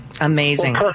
Amazing